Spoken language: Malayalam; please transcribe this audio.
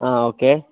ആ ഓക്കേ